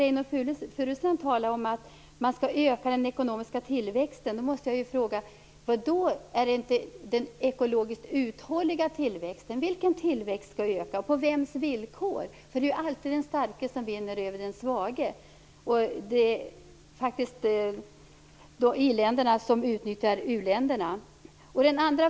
Reynoldh Furustrand säger att man skall öka den ekonomiska tillväxten, men då måste jag fråga: Vadå? Är det inte den ekologiskt uthålliga tillväxten som det handlar om? Vilken tillväxt skall öka och på vems villkor? Det är ju alltid den starke som vinner över den svage. Det är faktiskt så, som jag nyss sade, att i-länderna utnyttjar u-länderna.